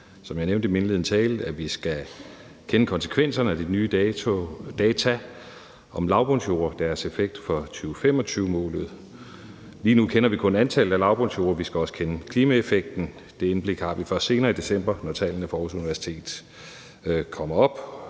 som jeg nævnte i min indledende tale, at vi skal kende konsekvenserne af de nye data om lavbundsjorder og deres effekt for 2025-målet. Lige nu kender vi kun antallet af lavbundsjorder; vi skal også kende klimaeffekten. Det indblik har vi først senere i december, når tallene fra Aarhus Universitet kommer.